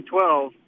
2012